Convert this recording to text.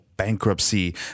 bankruptcy